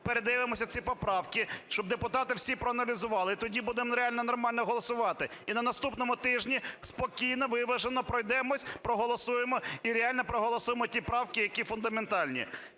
передивимося ці поправки, щоб депутати всі проаналізували, тоді будемо реально нормально голосувати. І на наступному тижні спокійно виважено пройдемося, проголосуємо і реально проголосуємо ті правки, які фундаментальні.